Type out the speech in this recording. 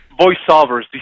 voiceovers